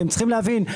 אתם צריכים להבין.